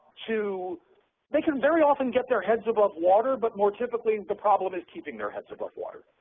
to they can very often get their heads above water, but more typically the problem is keeping their heads above water,